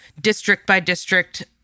district-by-district